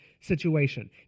situation